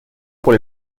por